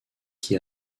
qui